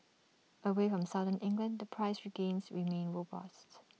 away from southern England the price gains remain robust